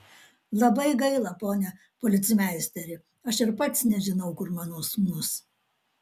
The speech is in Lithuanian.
labai gaila pone policmeisteri aš ir pats nežinau kur mano sūnus